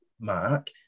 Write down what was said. mark